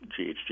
GHG